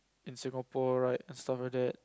in Singapore right and stuff like that